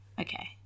Okay